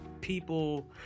people